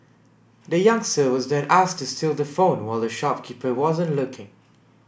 the youngster was then asked to steal the phone while the shopkeeper wasn't looking